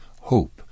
hope